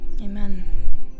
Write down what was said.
Amen